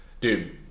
Dude